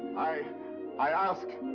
i i ask.